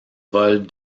volent